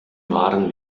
waren